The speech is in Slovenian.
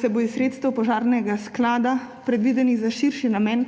se bo iz sredstev požarnega sklada, predvidenih za širši namen,